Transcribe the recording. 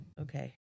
Okay